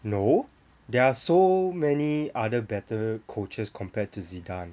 no there are so many other better coaches compared to zidane